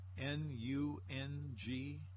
n-u-n-g